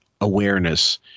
awareness